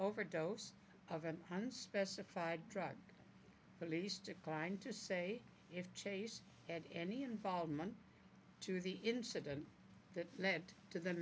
overdose of an unspecified drug police declined to say if chase had any involvement to the incident that led to the